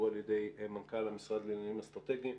על ידי מנכ"ל המשרד לעניינים אסטרטגיים,